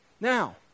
Now